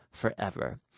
forever